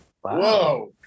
Whoa